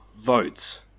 votes